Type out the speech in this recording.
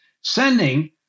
sending